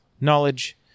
knowledge